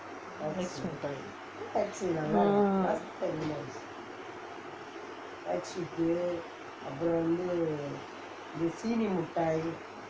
X மிட்டாய்:mittai